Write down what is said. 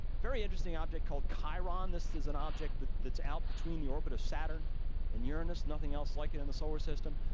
very interesting object called chiron, this is an object but that's out between the orbit of saturn and uranus, nothing else like it in the solar system.